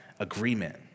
agreement